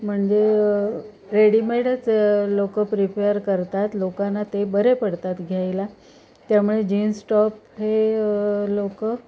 म्हणजे रेडीमेडच लोक प्रिफेअर करतात लोकांना ते बरे पडतात घ्यायला त्यामुळे जीन्स टॉप हे लोक